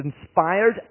inspired